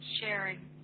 sharing